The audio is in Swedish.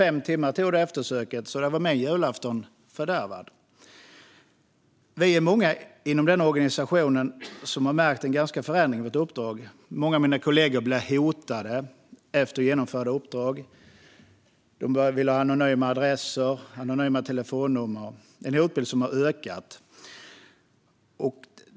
Eftersöket tog fem timmar, så då var min julafton fördärvad. Många av oss inom organisationen har märkt en förändring. Många kollegor blir numera hotade efter genomförda uppdrag och vill ha skyddad adress och skyddat telefonnummer. Hotbilden har alltså ökat.